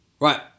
Right